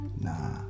nah